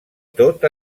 tot